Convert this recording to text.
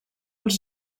els